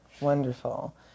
Wonderful